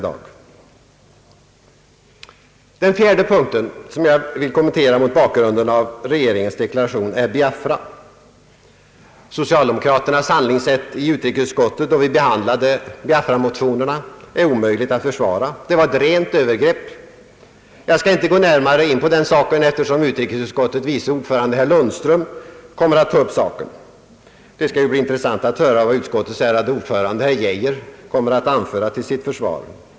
Den fjärde punkten som jag vill kommentera mot bakgrunden av regeringens deklaration gäller Biafra. Socialdemokraternas handlingssätt i utrikesutskottet då vi behandlat Biaframotionerna är omöjligt att försvara. Det var ett rent övergrepp. Jag skall inte gå närmare in på den saken, eftersom utrikesutskottets vice ordförande herr Lundström kommer att ta upp detta. Det skall bli intressant att höra vad utskottets ärade ordförande herr Geijer kommer att anföra till sitt försvar.